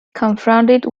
confronted